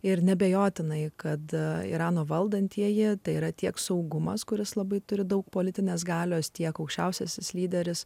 ir neabejotinai kada irano valdantieji tai yra tiek saugumas kuris labai turi daug politinės galios tiek aukščiausiasis lyderis